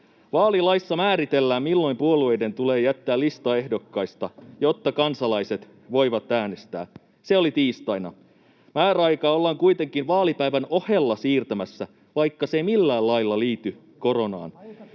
Vaalilaissa määritellään, milloin puolueiden tulee jättää lista ehdokkaista, jotta kansalaiset voivat äänestää. Se oli tiistaina. Määräaikaa ollaan kuitenkin vaalipäivän ohella siirtämässä, vaikka se ei millään lailla liity koronaan.